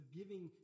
giving